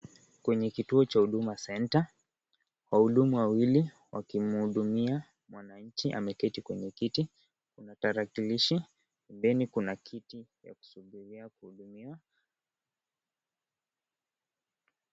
Kwenye kituo cha Huduma Centre, wahudumu wawili wakimhudumia mwananchi ameketi kwenye kiti kuna tarakilishi then kuna kiti ya kusubiria kuhudumiwa.